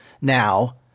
now